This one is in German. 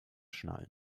schnallen